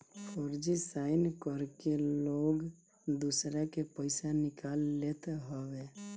फर्जी साइन करके लोग दूसरा के पईसा निकाल लेत हवे